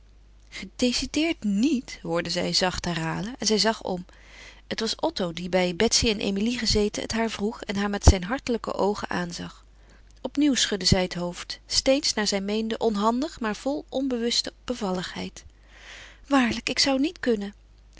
gedecideerd niet hoorde zij zacht herhalen en zij zag om het was otto die bij betsy en emilie gezeten het haar vroeg en haar met zijn hartelijke oogen aanzag opnieuw schudde zij het hoofd steeds naar zij meende onhandig maar vol onbewuste bevalligheid waarlijk ik zou niet kunnen